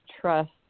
trust